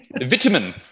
vitamin